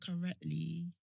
correctly